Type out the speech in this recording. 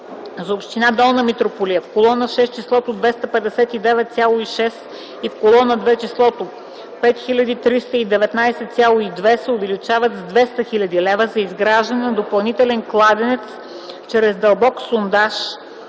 За община Долна Митрополия – в колона 5 числото „259,6” и в колона 2 числото „5319,2” се увеличават с 200 хил. лв. (за изграждане на допълнителен кладенец чрез дълбок сондаж